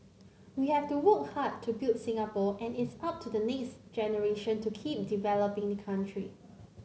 we have to worked hard to build up Singapore and it's up to the next generation to keep developing the country